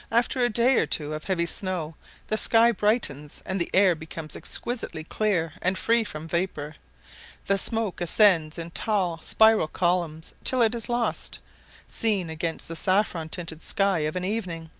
after a day or two of heavy snow the sky brightens, and the air becomes exquisitely clear and free from vapour the smoke ascends in tall spiral columns till it is lost seen against the saffron-tinted sky of an evening,